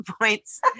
points